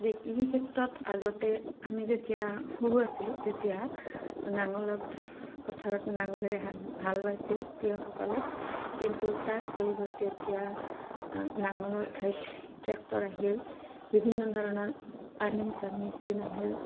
যে কৃষি ক্ষেত্ৰত আগতে আমি যেতিয়া সৰু আছিলোঁ তেতিয়া নাঙলত পথাৰত নাঙলেৰে হাল হাল বাইছিল কৃষকসকলে কিন্তু তাৰ পৰিৱৰ্তে এতিয়া নাঙলৰ ঠাইত ট্ৰেক্টৰ আহিল বিভিন্ন ধৰণৰ পানী সিঁচা মেচিন আহিল